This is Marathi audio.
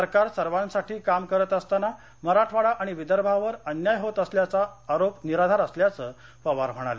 सरकार सर्वासाठी काम करत असताना मराठवाडा आणि विदर्भावर अन्याय होत असल्याचा आरोप निराधार असल्याचं पवार म्हणाले